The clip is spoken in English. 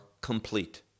complete